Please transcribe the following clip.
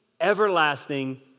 everlasting